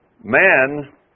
Man